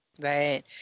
Right